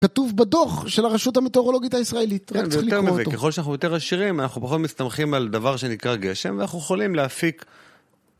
כתוב בדוח של הרשות המטאורולוגית הישראלית, רק צריך לקרוא אותו. ככל שאנחנו יותר עשירים, אנחנו פחות מסתמכים על דבר שנקרא גשם ואנחנו יכולים להפיק...